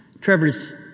Trevor's